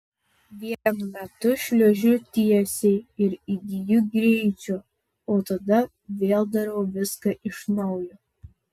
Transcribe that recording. vienu metu šliuožiu tiesiai ir įgyju greičio o tada vėl darau viską iš naujo